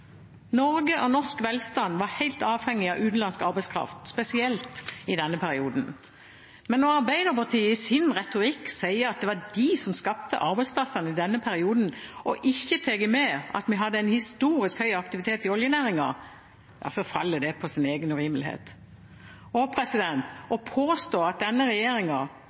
Norge og norsk velstand var helt avhengig av utenlandsk arbeidskraft, spesielt i denne perioden. Men når Arbeiderpartiet i sin retorikk sier at det var de som skapte arbeidsplassene i denne perioden, og ikke tar med at vi hadde en historisk høy aktivitet i oljenæringen, faller det på sin egen urimelighet. Å påstå at denne